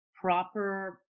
proper